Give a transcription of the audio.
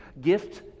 gift